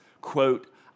quote